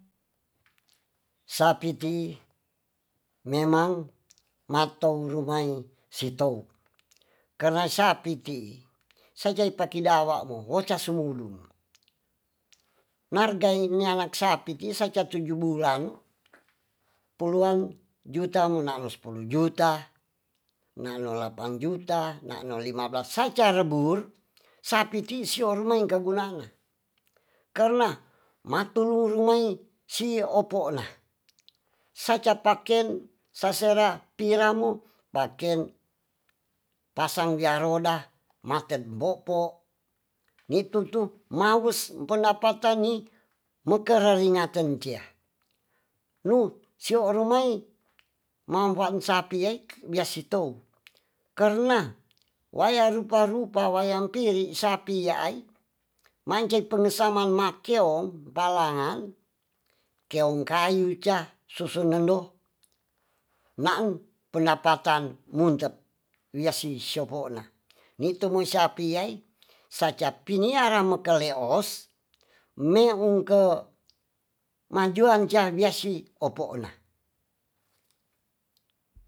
Sapi tii memang ma tou rumai si tou karna sapi tii sajai paki dawa mo wo ca sumu du nargai nyanak sapi ti sa ca tuju bulan puluan juta munaan spulu juta nano lapang juta nano lima blas sa ca rebur sapi ti sio rumain ka gunanga karna ma tunu rumai sio opo ona sa ca paken sa sera pira mo paken pasang wia roda maten bopo nitu tu mawus mpendapatan ni me kereringaten cia nu sio o romai ma mpan sapi yai bia sotou kerna waya rupa rupa wayang piri sapi yaai mance pengesaman ma keong mpalaan keong kayu ca susus nendo naan pendpatan muntet wia si sopo na nitu moi sapi yai sa ca pini ara mekeleos mwe ung ke ma juang ca wia si opo ona